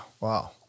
Wow